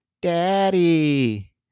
Daddy